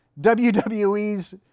WWE's